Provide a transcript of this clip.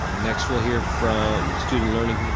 um next we'll hear from student learning.